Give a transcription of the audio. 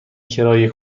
کرایه